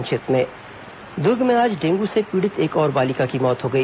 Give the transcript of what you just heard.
संक्षिप्त समाचार द्र्ग में आज डेंगू से पीड़ित एक और बालिका की मौत हो गई